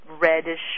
reddish